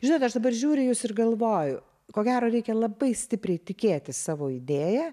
žinot aš dabar žiūri į jus ir galvoju ko gero reikia labai stipriai tikėti savo idėja